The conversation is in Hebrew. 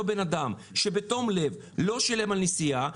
לא רוצה שאותו בן אדם שבתום לב לא שילם על נסיעה,